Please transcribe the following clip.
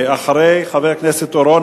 אחרי חבר הכנסת אורון,